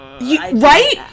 Right